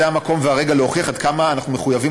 זה המקום והרגע להוכיח עד כמה אנחנו מחויבים